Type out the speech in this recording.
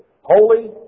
holy